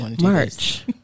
March